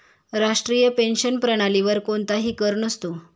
राष्ट्रीय पेन्शन प्रणालीवर कोणताही कर नसतो